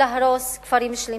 היא להרוס כפרים שלמים,